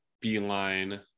Beeline